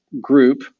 group